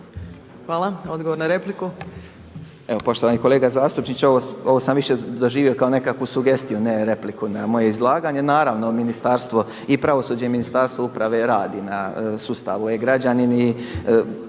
vama. Odgovor na repliku.